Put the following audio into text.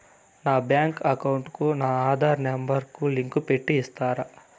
నా bank account కు నా ఆధార్ నెంబర్ లింకు పెట్టి ఇస్తారా?